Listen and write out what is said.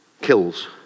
kills